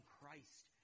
Christ